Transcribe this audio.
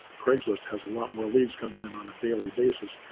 craigslist has a lot more leads coming in on a daily basis.